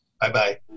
Bye-bye